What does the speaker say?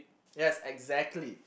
yes exactly